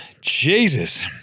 Jesus